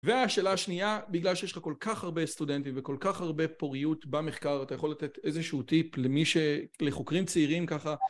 והשאלה השנייה, בגלל שיש לך כל כך הרבה סטודנטים, וכל כך הרבה פוריות במחקר, אתה יכול לתת איזשהו טיפ לחוקרים צעירים ככה